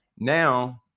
now